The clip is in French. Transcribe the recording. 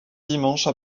dimanche